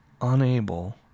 unable